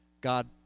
God